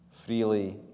Freely